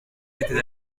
était